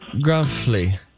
Gruffly